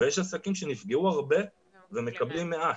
ויש עסקים שנפגעו הרבה ומקבלים מעט,